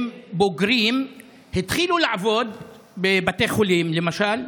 הם בוגרים, התחילו לעבוד בבתי חולים, למשל,